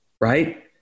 right